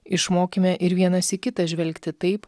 išmokime ir vienas į kitą žvelgti taip